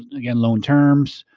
again, loan terms,